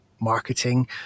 marketing